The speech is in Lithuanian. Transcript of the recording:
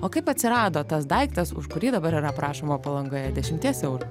o kaip atsirado tas daiktas už kurį dabar yra prašoma palangoje dešimties eurų